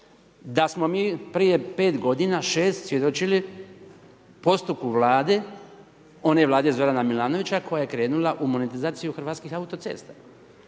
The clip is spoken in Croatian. da smo mi prije 5 godina, 6 svjedočili postupku vlade, one vlade Zorana Milanovića koja je krenula u monetizaciju Hrvatskih autocesta,